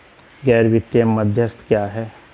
गैर वित्तीय मध्यस्थ क्या हैं?